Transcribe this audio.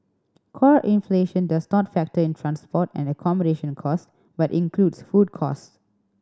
core inflation does not factor in transport and accommodation a cost but includes food costs